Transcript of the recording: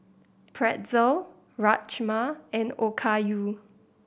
Pretzel Rajma and Okayu